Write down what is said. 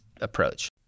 approach